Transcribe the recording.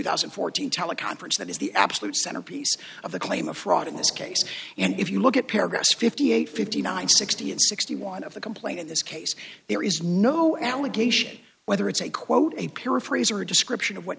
thousand and fourteen teleconference that is the absolute centerpiece of the claim of fraud in this case and if you look at paragraph fifty eight fifty nine sixty and sixty one of the complaint in this case there is no allegation whether it's a quote a peer a phrase or a description of what